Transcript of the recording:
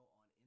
on